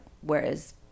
whereas